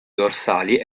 dorsali